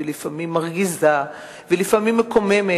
לפעמים מרגיזה ולפעמים מקוממת.